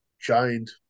giant